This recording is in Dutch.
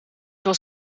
was